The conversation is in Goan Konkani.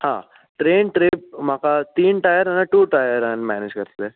आं ट्रेन ट्रेन म्हाका तीन टायर कांय टू टायर मेनेज करतलें